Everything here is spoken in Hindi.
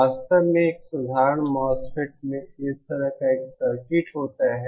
वास्तव में एक साधारण मोसफेट में इस तरह एक सर्किट होता है